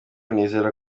nizera